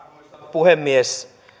puhemies